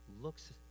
looks